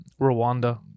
Rwanda